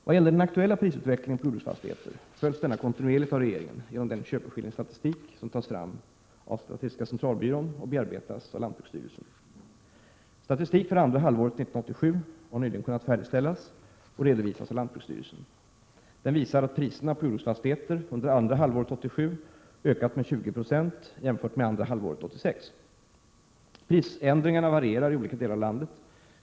Vad gäller den aktuella utvecklingen av priserna på jordbruksfastigheter följs denna kontinuerligt av regeringen genom den köpeskillingsstatistik som tas fram av statistiska centralbyrån och bearbetas av lantbruksstyrelsen. Statistik för andra halvåret 1987 har nyligen kunnat färdigställas och redovisas av lantbruksstyrelsen. Den visar att priserna på jordbruksfastigheter under andra halvåret 1987 ökat med 20 96 jämfört med andra halvåret 1986. Prisändringarna varierar i olika delar av landet.